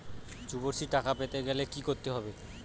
যুবশ্রীর টাকা পেতে গেলে কি করতে হবে?